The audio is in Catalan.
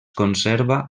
conserva